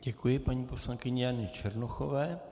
Děkuji paní poslankyni Janě Černochové.